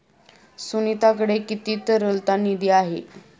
सुनीताकडे किती तरलता निधी आहे?